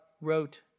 wrote